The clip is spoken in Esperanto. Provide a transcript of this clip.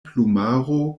plumaro